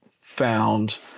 found